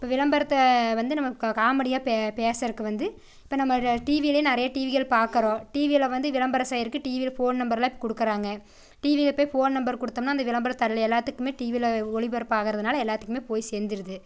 இப்போ விளம்பரத்தை வந்து நம்ம கா காமெடியாக பே பேசுகிறக்கு வந்து இப்போ நம்ம ரே டிவியில் நிறைய டிவிகள் பார்க்கறோம் டிவியில் வந்து விளம்பரம் செய்கிறக்கு டிவியில் ஃபோன் நம்பருலாம் கொடுக்கறாங்க டிவியில் போய் ஃபோன் நம்பர் கொடுத்தம்னா அந்த விளம்பரத்தை அல் எல்லாத்துக்கும் டிவியில் ஒளிப்பரப்பாகிறதுனால எல்லாத்துக்கும் போய் சேர்ந்துருது